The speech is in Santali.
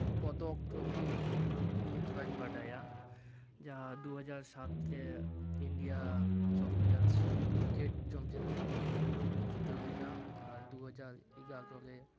ᱯᱚᱫᱚᱠ ᱴᱨᱚᱯᱷᱤ ᱱᱤᱭᱟᱹ ᱛᱷᱚᱲᱟᱧ ᱵᱟᱰᱟᱭᱟ ᱡᱟᱦᱟᱸ ᱫᱩ ᱦᱟᱡᱟᱨ ᱥᱟᱛ ᱨᱮ India championship cricket champion ᱴᱨᱚᱯᱷᱤᱠᱚ ᱡᱤᱛᱟᱹᱣ ᱞᱮᱱᱟ ᱟᱨ ᱫᱩ ᱦᱟᱡᱟᱨ ᱮᱜᱟᱨᱳ ᱨᱮ